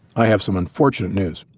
i have some unfortunate news.